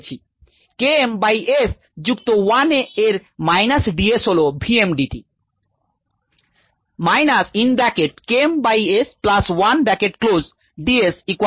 K mবাই s যুক্ত 1 এর মাইনাস d s হল v m d t